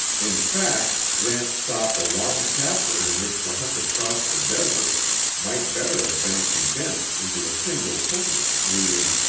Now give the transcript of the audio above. in fact, gramps thought the long chapter in which the hunter crossed the desert might better have been condensed into a single sentence reading,